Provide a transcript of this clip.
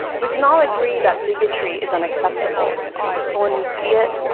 we can all agree that bigotry is unacceptable, but when we see it,